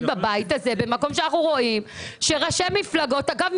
בבית הזה במקום שאנחנו רואים שראשי מפלגות אגב,